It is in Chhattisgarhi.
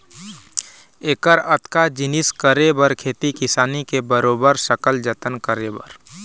ऐकर अतका जिनिस करे बर खेती किसानी के बरोबर सकल जतन करे बर